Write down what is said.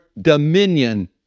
dominion